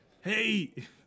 Hey